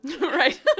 right